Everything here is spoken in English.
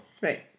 Right